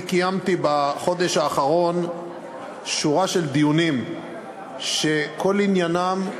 אני קיימתי בחודש האחרון שורה של דיונים שכל עניינם,